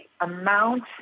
amount